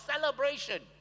celebration